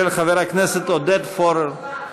של חבר הכנסת עודד פורר.